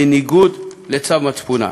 בניגוד לצו מצפונם.